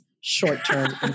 short-term